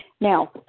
Now